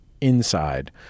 inside